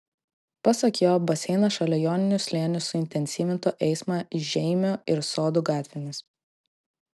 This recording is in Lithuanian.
pasak jo baseinas šalia joninių slėnio suintensyvintų eismą žeimių ir sodų gatvėmis